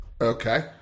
Okay